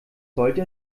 sollte